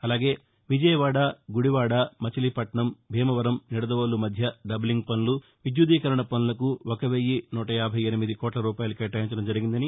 అలాగే విజయవాడ గుడివాడ మచిలీపట్లణం భీమవరం నిడదవోలు మధ్య డబ్లింగ్ పనులు విద్యుదీకరణ పనులకు ఒక వెయ్యి సూట యాజై ఎనిమిది కోట్లు కేటాయించటం జరిగిందని